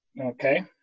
okay